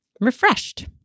refreshed